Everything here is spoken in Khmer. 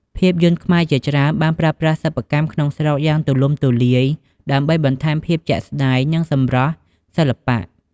ភាពយន្តខ្មែរជាច្រើនបាន ប្រើប្រាស់សិប្បកម្មក្នុងស្រុកយ៉ាងទូលំទូលាយ ដើម្បីបន្ថែមភាពជាក់ស្តែង និងសម្រស់សិល្បៈ។